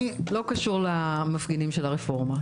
לא קשור למפגינים של הרפורמה,